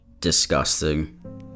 Disgusting